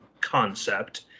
concept